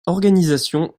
organisation